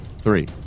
three